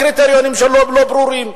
הקריטריונים שלו לא ברורים,